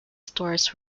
stores